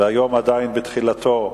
והיום עדיין בתחילתו.